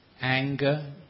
anger